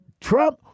Trump